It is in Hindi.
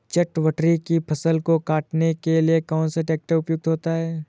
चटवटरी की फसल को काटने के लिए कौन सा ट्रैक्टर उपयुक्त होता है?